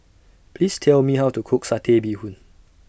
Please Tell Me How to Cook Satay Bee Hoon